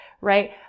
right